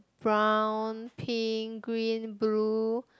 brown pink green blue